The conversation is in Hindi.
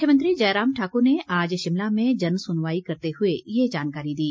मुख्यमंत्री जयराम ठाकुर ने आज शिमला में जनसुनवाई करते हुए ये जानकारी दी